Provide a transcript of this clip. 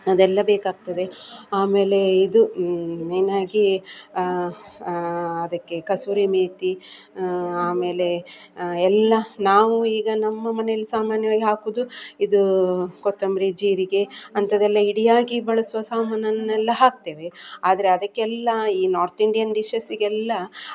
ಅದೆಲ್ಲ ಬೇಕಾಗ್ತದೆ ಆಮೇಲೆ ಇದು ಮೇನಾಗಿ ಅದಕ್ಕೆ ಕಸೂರಿ ಮೇತಿ ಆಮೇಲೆ ಎಲ್ಲ ನಾವು ಈಗ ನಮ್ಮ ಮನೆಯಲ್ಲಿ ಸಾಮಾನ್ಯವಾಗಿ ಹಾಕೋದು ಇದು ಕೊತ್ತಂಬಬರಿ ಜೀರಿಗೆ ಅಂಥದ್ದೆಲ್ಲ ಇಡಿಯಾಗಿ ಬಳಸುವ ಸಾಮನನ್ನೆಲ್ಲ ಹಾಕ್ತೇವೆ ಆದರೆ ಅದಕ್ಕೆಲ್ಲ ಈ ನಾರ್ತ್ ಇಂಡಿಯನ್ ಡಿಶಸಿಗೆಲ್ಲ